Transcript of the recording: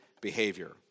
behavior